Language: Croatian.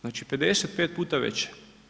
Znači 55 puta veće.